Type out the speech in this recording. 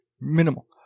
Minimal